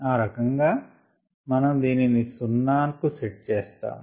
ఆ రకంగా మనం దీనిని సున్నా కు సెట్ చేస్తాము